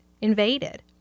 invaded